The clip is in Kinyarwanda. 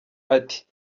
ati